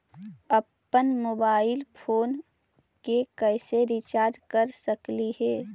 अप्पन mobile phone के कैसे रिचार्ज कर सकली हे?